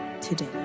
today